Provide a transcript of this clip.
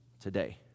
today